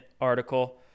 article